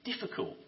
difficult